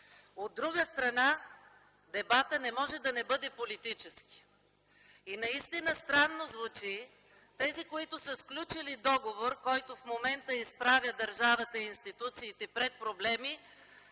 От друга страна, дебатът не може да не бъде политически. Наистина, странно звучи тези, които са сключили договор, който в момента изправя държавата и институциите пред проблеми,